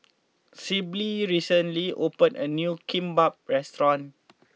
Sibyl recently opened a new Kimbap restaurant